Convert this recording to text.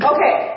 Okay